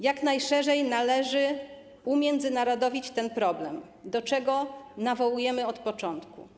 Jak najszerzej należy umiędzynarodowić ten problem, do czego nawołujemy od początku.